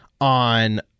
on